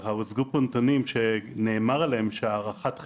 הוצגו פה נתוני שנאמר עליהם שהם הערכת חסר.